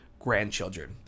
grandchildren